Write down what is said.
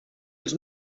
els